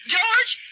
George